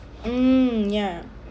hmm ya